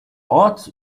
ort